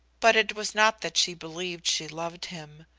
but it was not that she believed she loved him.